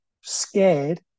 scared